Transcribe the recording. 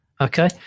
Okay